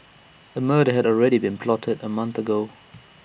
A murder had already been plotted A month ago